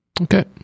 Okay